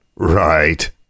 Right